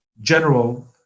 general